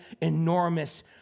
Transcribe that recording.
enormous